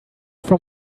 from